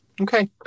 Okay